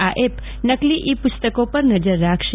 આ એપ નકલી ઇ પુસ્તકો પર નજર રાખશે